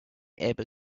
able